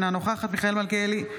אינה נוכחת מיכאל מלכיאלי,